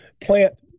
plant